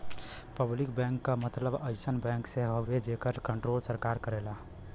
public bank क मतलब अइसन बैंक से हउवे जेकर कण्ट्रोल सरकार करेला